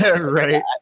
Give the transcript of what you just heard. Right